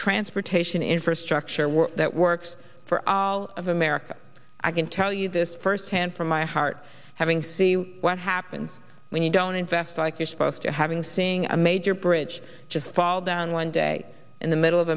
transportation infrastructure that works for all of america i can tell you this firsthand from my heart having see what happens when you don't invest like you're supposed to having seeing a major bridge just fall down one day in the middle of